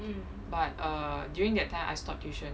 but err during that time I stopped tuition